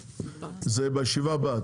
זה בישיבה הבאה.